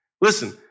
Listen